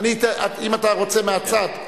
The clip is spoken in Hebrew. זו מלה קצת מהירה מדי.